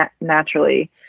naturally